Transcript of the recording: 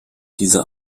dieser